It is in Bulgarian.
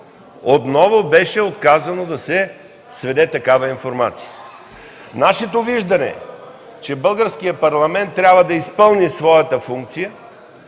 отново отказа да сведе такава информация. Нашето виждане е, че Българският парламент трябва да изпълни своята функция